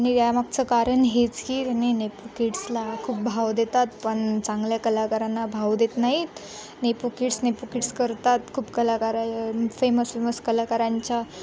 आणि या मागचं कारण हेच की त्यांने नेपो किड्सला खूप भाव देतात पण चांगल्या कलाकारांना भाव देत नाहीत नेपो किड्स नेपो किड्स करतात खूप कलाकारा फेमस फेमस कलाकारांच्या